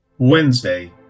wednesday